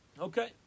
Okay